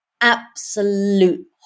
absolute